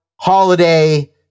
holiday